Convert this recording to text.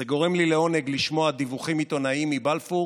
זה גורם לי עונג לשמוע דיווחים עיתונאיים מבלפור